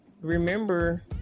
remember